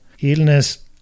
illness